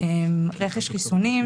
רכש חיסונים,